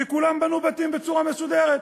כי כולם בנו בתים בצורה מסודרת.